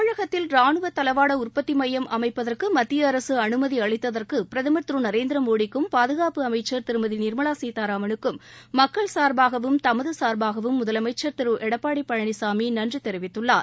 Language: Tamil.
தமிழகத்தில் ராணுவத் தளவாட உற்பத்தி மையம் அமைப்பதற்கு மத்திய அரசு அனுமதி அளித்ததற்கு பிரதமர் திரு நரேந்திர மோடிக்கும் பாதுகாப்பு அமைச்சர் திருமதி நிர்மலா சீதாராமனுக்கும் மக்கள் சார்பாகவும் தமது சார்பாகவும் முதலமைச்சர் திரு எடப்பாடி பழனிசாமி நன்றி தெரிவித்துள்ளார்